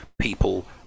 people